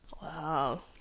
Wow